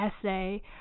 essay